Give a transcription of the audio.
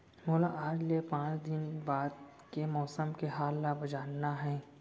मोला आज ले पाँच दिन बाद के मौसम के हाल ल जानना हे?